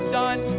done